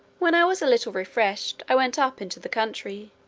when i was a little refreshed, i went up into the country,